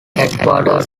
headquarters